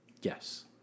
Yes